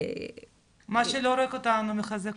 למדתי